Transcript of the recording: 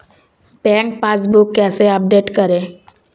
Bank passbook कैसे update करें?